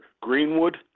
Greenwood